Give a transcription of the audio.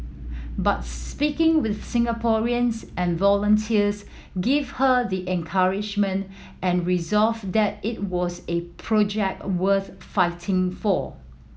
but speaking with Singaporeans and volunteers gave her the encouragement and resolve that it was a project a worth fighting for